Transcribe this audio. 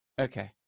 Okay